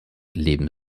leben